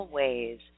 ways